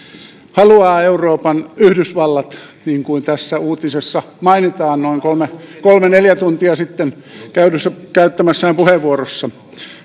haluaa euroopan yhdysvallat niin kuin mainitaan tässä uutisessa hänen noin kolme neljä tuntia sitten käyttämästään puheenvuorosta